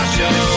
Show